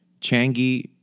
Changi